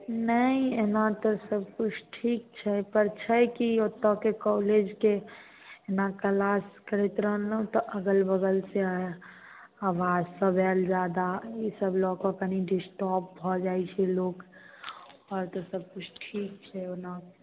नहि नहि एम्हर तऽ सब किछु ठीक छै पर छै की ओत्तऽकेँ कॉलेजकेँ नकल आर करैत रहलहुँ तऽ अगल बगल से आवाज सब आएल जादा ई सब लऽ कऽ कनी डिस्टोप भऽ जाइत छै लोक आओर तऽ सब किछु ठीक छै ओना